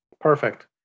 Perfect